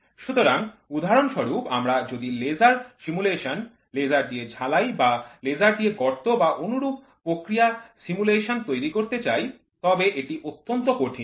সুতরাং উদাহরণস্বরূপ আমরা যদি লেজার সিমুলেশন লেজার দিয়ে ঝালাই বা লেজার দিয়ে গর্ত বা অনুরূপ প্রক্রিয়া সিমুলেশন তৈরি করতে চাই তবে এটি অত্যন্ত কঠিন